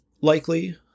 likely